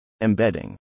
Embedding